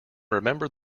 remember